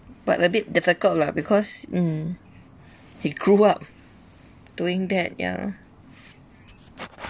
but a bit difficult lah because mm he grew up doing that yeah